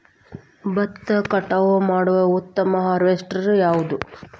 ಭತ್ತ ಕಟಾವು ಮಾಡುವ ಉತ್ತಮ ಹಾರ್ವೇಸ್ಟರ್ ಯಾವುದು?